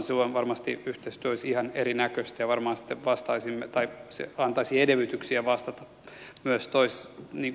silloin varmasti yhteistyö olisi ihan erinäköistä ja varmaan se antaisi edellytyksiä vastata myös tois ne